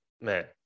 man